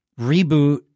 reboot